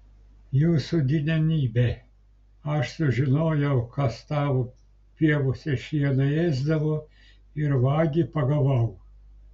jūsų didenybe aš sužinojau kas tavo pievose šieną ėsdavo ir vagį pagavau